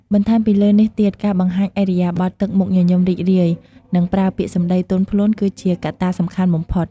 បន្ថែមពីលើនេះទៀតការបង្ហាញឥរិយាបថទឹកមុខញញឹមរីករាយ និងប្រើពាក្យសម្តីទន់ភ្លន់គឺជាកត្តាសំខាន់បំផុត។